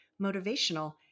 motivational